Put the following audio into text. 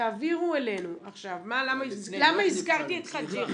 זה לא איך נבחרים.